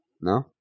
No